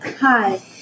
Hi